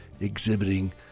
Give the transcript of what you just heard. exhibiting